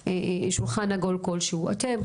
אתם,